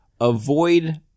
Avoid